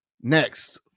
Next